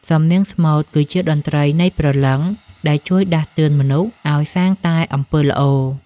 សំនៀងស្មូតគឺជាតន្ត្រីនៃព្រលឹង ដែលជួយដាស់តឿនមនុស្សឱ្យសាងតែអំពើល្អ។